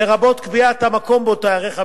לרבות קביעת המקום שבו תיערך הבדיקה,